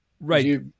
right